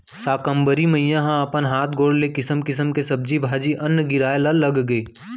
साकंबरी मईया ह अपन हात गोड़ ले किसम किसम के सब्जी भाजी, अन्न गिराए ल लगगे